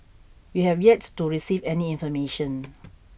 we have yet to receive any information